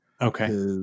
Okay